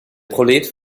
prolet